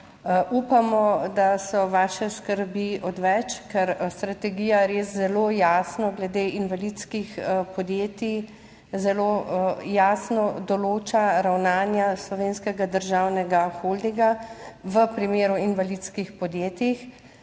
upamo, da so vaše skrbi odveč, ker strategija res zelo jasno glede invalidskih podjetij zelo jasno določa ravnanja Slovenskega državnega holdinga v primeru invalidskih podjetij,